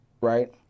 right